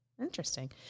Interesting